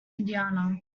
indiana